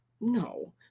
No